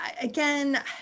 Again